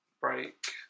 break